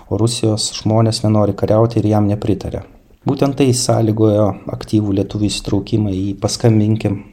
o rusijos žmonės nenori kariauti ir jam nepritaria būtent tai sąlygojo aktyvų lietuvių įsitraukimą į paskambinkim